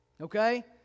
Okay